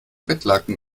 bettlaken